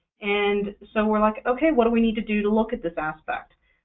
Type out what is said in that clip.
and so we're like, ok, what do we need to do to look at this aspect?